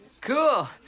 Cool